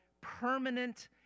permanent